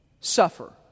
suffer